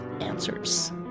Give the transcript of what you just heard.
answers